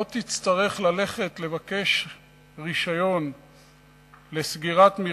לא תצטרך עוד ללכת לבקש רשיון לסגירת מרפסת,